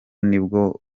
nibwo